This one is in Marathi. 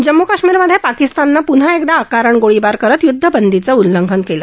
जम्मू काश्मीरमधे पाकिस्ताननं पुन्हा एकदा अकारण गोळीबार करत युद्धबंदीचं उल्लंघन केलं